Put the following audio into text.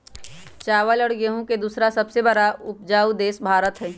चावल और गेहूं के दूसरा सबसे बड़ा उपजाऊ देश भारत हई